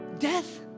Death